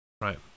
Right